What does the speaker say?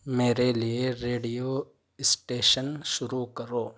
میرے لیے radio station شروع کرو